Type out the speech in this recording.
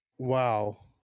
Wow